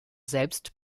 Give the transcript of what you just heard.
selbst